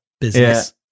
business